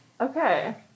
Okay